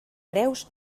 reus